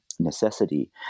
Necessity